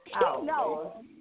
no